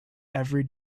every